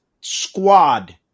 squad